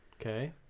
Okay